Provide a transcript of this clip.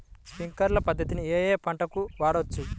Sprinkler పద్ధతిని ఏ ఏ పంటలకు వాడవచ్చు?